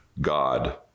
God